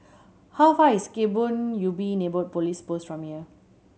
how far is Kebun Ubi Neighbourhood Police Post from here